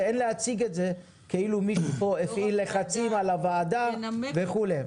ואין להציג את זה כאילו מישהו פה הפעיל לחצים על הוועדה וכולי.